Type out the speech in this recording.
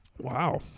Wow